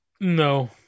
No